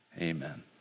amen